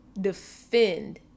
defend